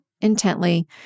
intently